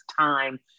time